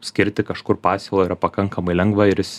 skirti kažkur pasiūlą yra pakankamai lengva ir jis